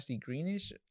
greenish